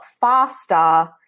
faster